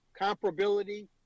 comparability